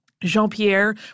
Jean-Pierre